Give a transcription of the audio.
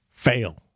fail